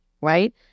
right